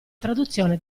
traduzione